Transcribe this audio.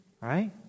Right